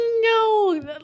no